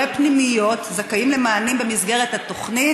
פנימיות זכאים למענים במסגרת התוכנית?